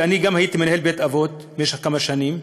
גם הייתי מנהל בית-אבות במשך כמה שנים,